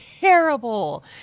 terrible